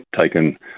taken